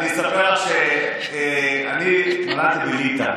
אספר לך שאני נולדתי בליטא,